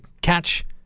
catch